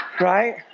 Right